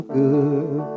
good